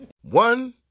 One